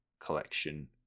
collection